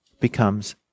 becomes